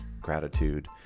gratitude